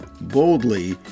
boldly